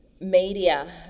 media